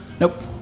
nope